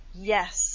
Yes